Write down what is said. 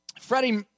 Freddie